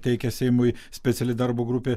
teikia seimui speciali darbo grupė